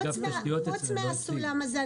חוץ מהסולם הזה.